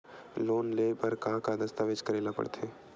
Loan ले बर का का दस्तावेज करेला पड़थे?